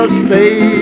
stay